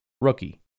Rookie